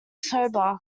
sober